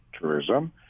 tourism